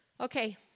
Okay